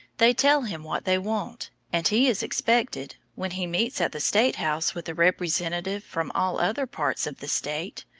they tell him what they want, and he is expected, when he meets at the state house with the representatives from all other parts of the state,